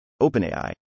OpenAI